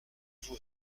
vous